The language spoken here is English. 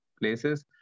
places